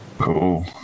cool